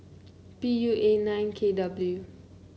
P U A nine K W